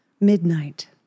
Midnight